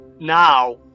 now